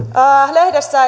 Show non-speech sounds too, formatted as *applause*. lehdessä *unintelligible*